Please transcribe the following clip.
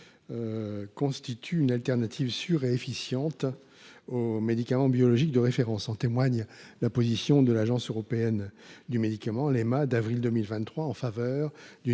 constituent une alternative sûre et efficiente aux médicaments biologiques de référence, comme en témoigne la position de l’Agence européenne du médicament (EMA) d’avril 2023 en faveur d’une